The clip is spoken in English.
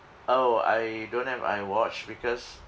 oh I don't have I watch because